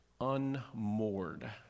unmoored